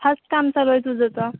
fast काम चालू आहे तुझं तर